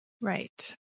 right